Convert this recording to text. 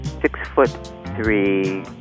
six-foot-three